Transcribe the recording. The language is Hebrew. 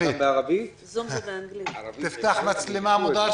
ואיך אני רואה את הדברים: אז קודם כל